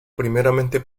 primeramente